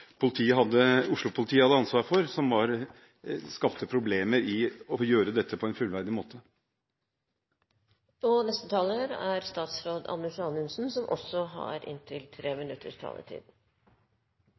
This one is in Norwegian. hadde ansvar for, noe som skapte problemer for å gjøre dette på en fullverdig måte. Jeg er glad for at representanten Bøhler oppfattet det som